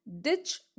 Ditch